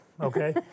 okay